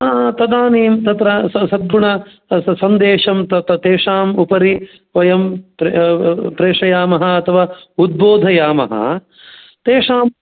तदानीं तत्र सद्गुण सन्देशान् तेषाम् उपरि वयं प्रेषयामः अथवा उद्बोधयामः तेषां